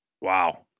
Wow